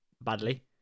Badly